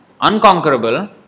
unconquerable